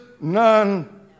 none